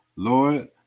Lord